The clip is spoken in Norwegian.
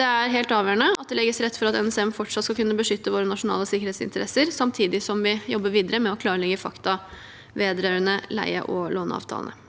Det er helt avgjørende at det legges til rette for at NSM fortsatt skal kunne beskytte våre nasjonale sikkerhetsinteresser, samtidig som vi jobber videre med å klarlegge fakta vedrørende leie- og låneavtalene.